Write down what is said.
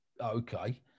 okay